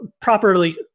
properly